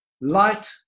light